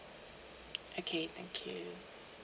okay thank you